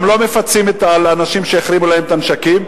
גם לא מפצים אנשים שהחרימו להם את הנשקים.